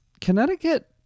Connecticut